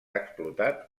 explotat